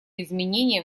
изменения